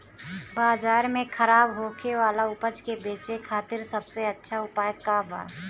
बाजार में खराब होखे वाला उपज के बेचे खातिर सबसे अच्छा उपाय का बा?